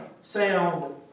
sound